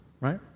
right